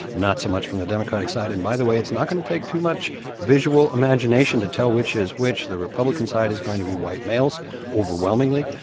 not so much from the democratic side. and by the way, it's not going to take too much visual imagination to tell which is which. the republican side is going to be white males overwhelmingly.